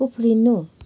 उफ्रिनु